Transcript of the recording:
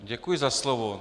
Děkuji za slovo.